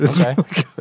Okay